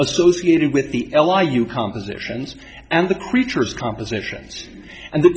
associated with the l i you compositions and the creatures compositions and the